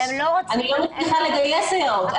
אני לא מצליחה לגייס סייעות,